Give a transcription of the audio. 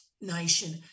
nation